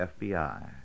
FBI